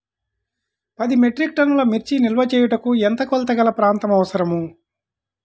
పది మెట్రిక్ టన్నుల మిర్చి నిల్వ చేయుటకు ఎంత కోలతగల ప్రాంతం అవసరం?